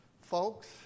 Folks